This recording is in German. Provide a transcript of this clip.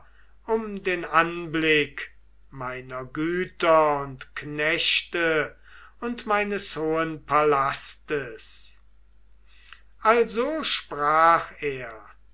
um den anblick meiner güter und knechte und meines hohen palastes also sprach er